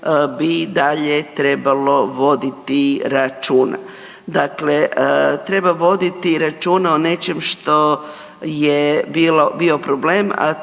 bi dalje trebalo voditi računa. Dakle treba voditi računa o nečem što je bio problem,